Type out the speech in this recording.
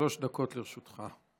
שלוש דקות לרשותך.